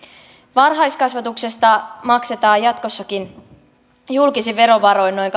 varhaiskasvatuksesta maksetaan jatkossakin julkisin verovaroin noin